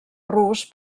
rus